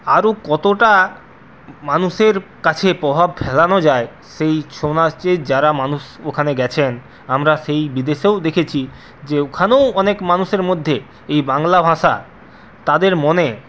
আরো কতটা মানুষের কাছে প্রভাব ফেলানো যায় সেই ছৌ নাচের যারা মানুষ ওখানে গেছেন আমরা সেই বিদেশেও দেখেছি যে ওখানেও অনেক মানুষের মধ্যে এই বাংলা ভাষা তাদের মনে